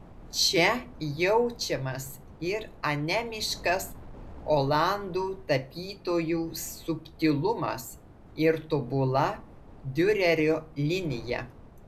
čia jaučiamas ir anemiškas olandų tapytojų subtilumas ir tobula diurerio linija